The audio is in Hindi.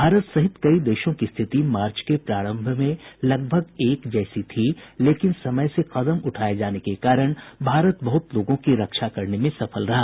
भारत सहित कई देशों की रिथति मार्च के प्रारम्भ में लगभग एक जैसी थी लेकिन समय से कदम उठाये जाने के कारण भारत बहुत लोगों की रक्षा करने में सफल रहा